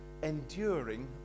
enduring